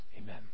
Amen